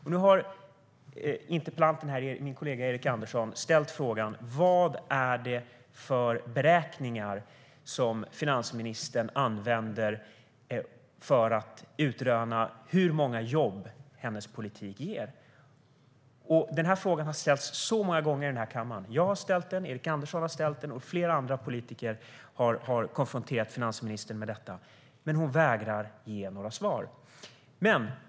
Interpellanten, min kollega Erik Andersson, har frågat vilka beräkningar som finansministern använder för att utröna hur många jobb hennes politik ger. Den frågan har ställts många gånger här i kammaren. Jag har ställt den, Erik Andersson har ställt den, och flera andra politiker har konfronterat finansministern med detta. Men hon vägrar ge några svar.